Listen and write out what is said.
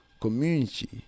community